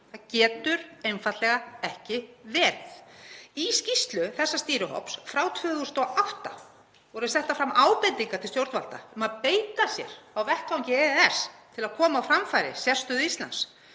það getur einfaldlega ekki verið. Í skýrslu þessa stýrihóps frá 2008 voru settar fram ábendingar til stjórnvalda um að beita sér á vettvangi EES til að koma á framfæri sérstöðu Íslands